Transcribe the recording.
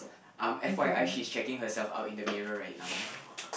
um F_Y_I she's checking herself out in the mirror right now